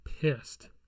pissed